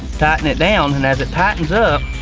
tighten it down and as it tightens up.